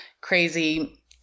crazy